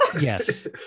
yes